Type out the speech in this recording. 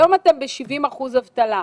היום אתם ב-70 אחוזי אבטלה.